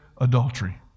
adultery